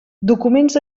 documents